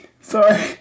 Sorry